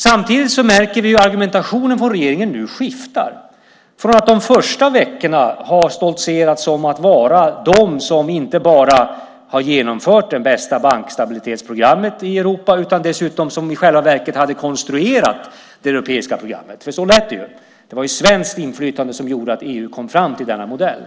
Samtidigt märker vi hur argumentationen från regeringen nu skiftar, från att de första veckorna ha stoltserat med att vara de som inte bara har genomfört det bästa bankstabilitetsprogrammet i Europa utan dessutom i själva verket hade konstruerat det europeiska programmet. Så lät det ju - det var svenskt inflytande som gjorde att EU kom fram till denna modell.